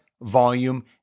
volume